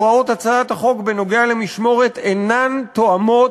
הוראות הצעת החוק בנוגע למשמורת אינן תואמות